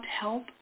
help